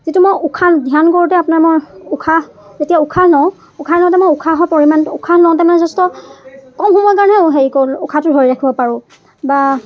যিটো মই উশাহ ধ্যান কৰোঁতে আপোনাৰ মই উশাহ যেতিয়া উশাহ লওঁ উশাহ লওঁতে মই উশাহৰ পৰিমাণ উশাহ লওতে নমোৰ যথেষ্ট কম সময়ৰ কাৰণেহে হেৰি কৰো উশাহটো ধৰি ৰাখিব পাৰোঁ বা